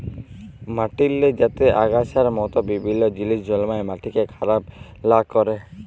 মাটিল্লে যাতে আগাছার মত বিভিল্ল্য জিলিস জল্মায় মাটিকে খারাপ লা ক্যরে